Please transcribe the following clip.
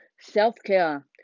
self-care